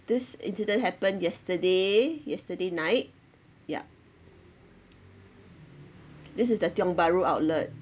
this incident happened yesterday yesterday night yup this is the tiong bahru outlet